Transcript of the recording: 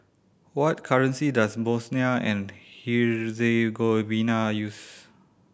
what currency does Bosnia and Herzegovina use